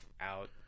out